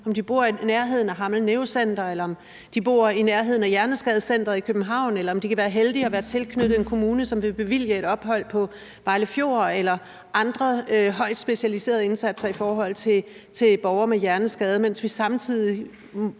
om de bor i nærheden af Hammel Neurocenter, eller om de bor i nærheden af hjerneskadecenteret i København, eller om de kan være heldige at være tilknyttet en kommune, som vil bevilge et ophold på Vejlefjord Rehabilitering eller andre højt specialiserede indsatser i forhold til borgere med hjerneskade, mens vi samtidig